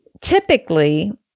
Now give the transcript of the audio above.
typically